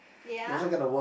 ya